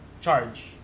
charge